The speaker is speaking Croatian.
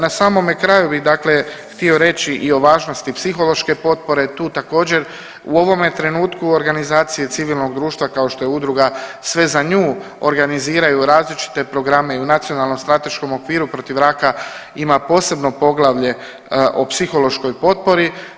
Na samome kraju bi htio reći i o važnosti psihološke potpore, tu također u ovome trenutku organizacije civilnog društva kao što je Udruga „Sve za nju“ organiziraju različite programe i u Nacionalnom strateškom okviru protiv raka ima posebno poglavlje o psihološkoj potpori.